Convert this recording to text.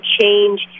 change